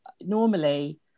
normally